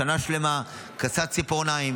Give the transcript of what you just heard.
שנה שלמה הוא כסס ציפורניים,